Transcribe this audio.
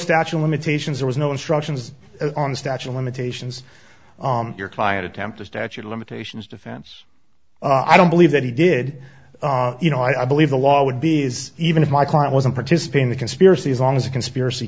statue of limitations there was no instructions on the statue of limitations your client attempted statute of limitations defense i don't believe that he did you know i believe the law would be is even if my client wasn't participate in the conspiracy as long as the conspiracy